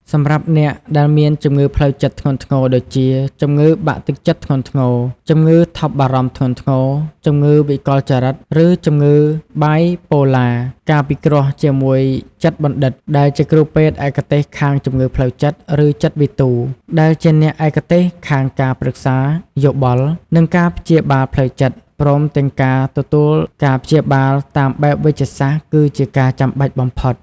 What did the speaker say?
សម្រាប់អ្នកដែលមានជំងឺផ្លូវចិត្តធ្ងន់ធ្ងរដូចជា ជំងឺបាក់ទឹកចិត្តធ្ងន់ធ្ងរ, ជំងឺថប់បារម្ភធ្ងន់ធ្ងរ , ជំងឺវិកលចរិត ឬជំងឺបាយប៉ូឡា ការពិគ្រោះជាមួយចិត្តបណ្ឌិត ដែលជាគ្រូពេទ្យឯកទេសខាងជំងឺផ្លូវចិត្ត ឬចិត្តវិទូ ដែលជាអ្នកឯកទេសខាងការប្រឹក្សាយោបល់ និងការព្យាបាលផ្លូវចិត្ត ព្រមទាំងការទទួលការព្យាបាលតាមបែបវេជ្ជសាស្ត្រ គឺជាការចាំបាច់បំផុត។